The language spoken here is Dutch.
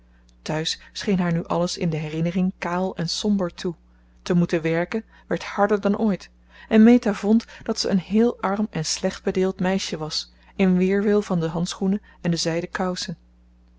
thuis scheen haar nu alles in de herinnering kaal en somber toe te moeten werken werd harder dan ooit en meta vond dat ze een heel arm en slecht bedeeld meisje was in weerwil van de handschoenen en de zijden kousen